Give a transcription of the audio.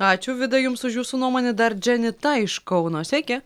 ačiū vida jums už jūsų nuomonę dar dženita iš kauno sveiki